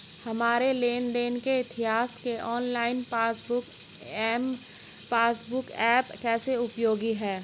हमारे लेन देन इतिहास के online passbook M passbook app कैसे उपयोगी है?